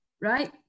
right